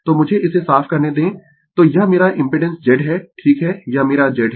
तो मुझे इसे साफ करने दें तो यह मेरा इम्पिडेंस Z है ठीक है यह मेरा Z है